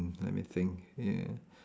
mm let me think ya